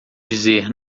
dizer